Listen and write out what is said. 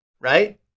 right